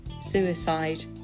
suicide